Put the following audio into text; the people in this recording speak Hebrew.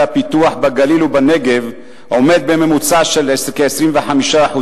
הפיתוח בגליל ובנגב עומד בממוצע על 25%,